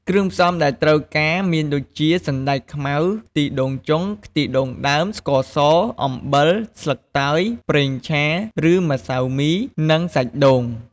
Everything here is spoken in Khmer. គ្រឿងផ្សំដែលត្រូវការមានដូចជា សណ្ដែកខ្មៅ ខ្ទិះដូងចុង ខ្ទិះដូងដើម ស្ករស អំបិល ស្លឹកតើយ ម្សៅឆា ឬម្សៅមី និងសាច់ដូង។